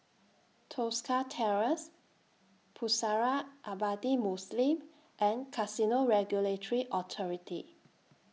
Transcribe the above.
Tosca Terrace Pusara Abadi Muslim and Casino Regulatory Authority